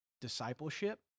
discipleship